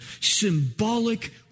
symbolic